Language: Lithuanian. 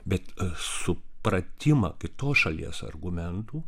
bet supratimą kitos šalies argumentų